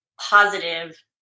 positive